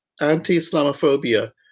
anti-Islamophobia